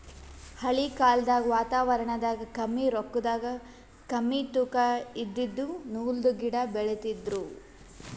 ಹಳಿ ಕಾಲ್ದಗ್ ವಾತಾವರಣದಾಗ ಕಮ್ಮಿ ರೊಕ್ಕದಾಗ್ ಕಮ್ಮಿ ತೂಕಾ ಇದಿದ್ದು ನೂಲ್ದು ಗಿಡಾ ಬೆಳಿತಿದ್ರು